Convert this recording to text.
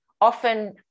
often